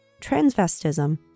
Transvestism